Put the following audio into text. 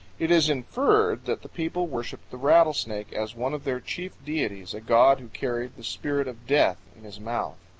it is inferred that the people worshiped the rattlesnake as one of their chief deities, a god who carried the spirit of death in his mouth.